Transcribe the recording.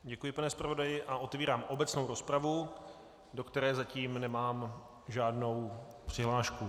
Děkuji, pane zpravodaji, a otevírám obecnou rozpravu, do které zatím nemám žádnou přihlášku.